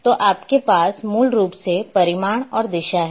तो आपके पास मूल रूप से परिमाण और दिशा हैं